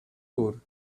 ouro